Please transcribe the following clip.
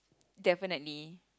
definitely